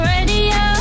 Radio